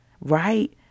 Right